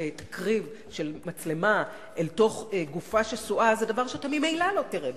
תקריב של מצלמה אל תוך גופה שסועה זה דבר שאתה ממילא לא תראה בשידור.